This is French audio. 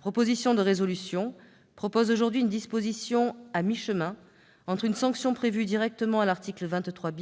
proposition de résolution prévoit une disposition à mi-chemin entre une sanction prévue directement à l'article 23